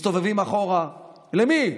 מסתובבים אחורה, למי?